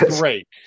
great